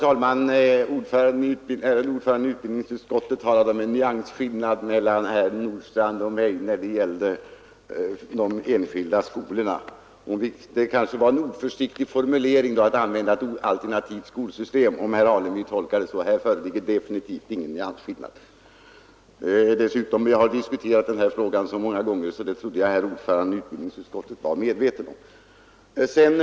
Herr talman! Utbildningsutskottets ärade ordförande talade om en nyansskillnad mellan herr Nordstrandh och mig när det gällde de enskilda skolorna. Det kanske var en oförsiktig formulering att använda orden ”alternativt skolsystem”, om herr Alemyr tolkar dem så. Här föreligger definitivt ingen nyansskillnad. Jag har dessutom diskuterat den här frågan så många gånger att jag trodde att herr ordföranden i utbildningsutskottet var medveten om detta.